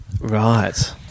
Right